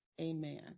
amen